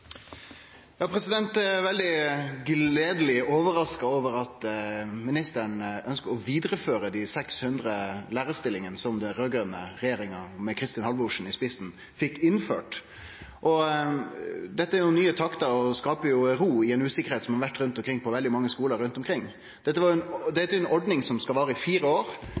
gledeleg overraska over at ministeren ønskjer å vidareføre dei 600 lærarstillingane som den raud-grøne regjeringa, med Kristin Halvorsen i spissen, fekk innført. Dette er nye taktar og skaper ro i den utryggleiken som har vore på veldig mange skular rundt omkring. Dette er ei ordning som skal vare i fire år,